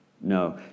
No